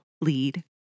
lead